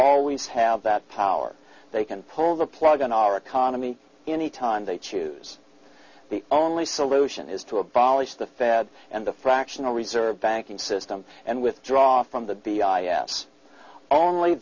have that power they can pull the plug on our economy any time they choose the only solution is to abolish the fed and the fractional reserve banking system and withdraw from the